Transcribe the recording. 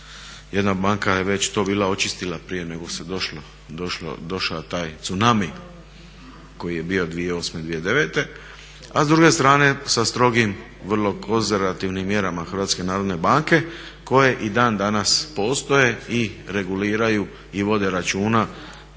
jedna banka je već to bila očistila prije nego je došao taj tsunami koji je bio 2008.-2009. A s druge strane sa strogim vrlo konzervativnim mjerama Hrvatske narodne banke koje i dan danas postoje i reguliraju i vode računa